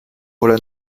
voilà